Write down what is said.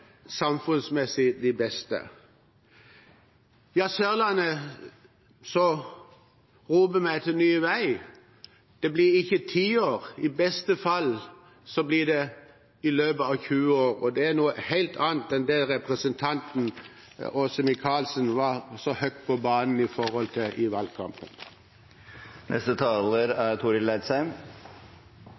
de beste. På Sørlandet roper vi etter en ny vei. Det blir ikke om 10 år. I beste fall blir det i løpet av 20 år, og det er noe helt annet enn det representanten Åse Michaelsen var så høyt på banen om i valgkampen. Skremselspropaganda og ugrei retorikk er